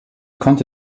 konnte